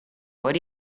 what